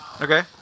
Okay